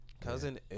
Cousin